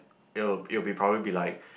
it'll it will be probably be like